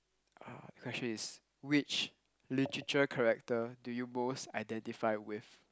ah the question is which literature character do you most identify with